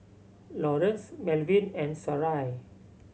Lawrence Melvin and Sarai